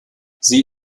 sie